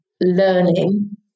learning